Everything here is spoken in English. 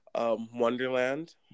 Wonderland